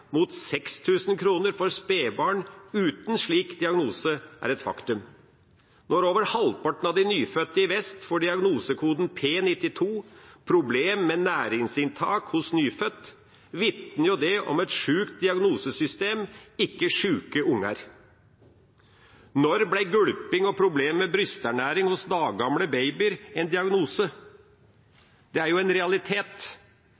mot 6000 kroner for spedbarn utan slik diagnose, er eit faktum. Når over halvparten av dei nyfødde i vest får diagnosekoden P92, problem med næringsinntak hos nyfødt, vitnar det om eit sjukt diagnosesystem, ikkje sjuke ungar. Kor tid blei gulping og problem med brysternæring hos daggamle babyar, ein